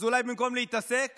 אז אולי במקום להתעסק